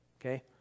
okay